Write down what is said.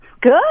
Good